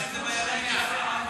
הציבור שומע את התרגום,